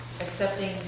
accepting